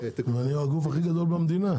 נראה שזה גוף הכי גדול במדינה.